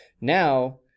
Now